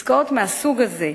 עסקאות מהסוג הזה,